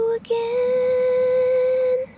again